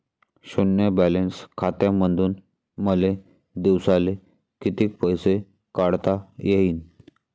शुन्य बॅलन्स खात्यामंधून मले दिवसाले कितीक पैसे काढता येईन?